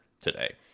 today